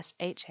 SHA